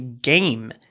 Game